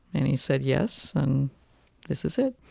and he said yes, and this is it